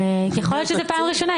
אבל יכול להיות שזאת הפעם הראשונה.